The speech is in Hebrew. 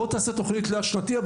בוא תעשה תוכנית רב-שנתית,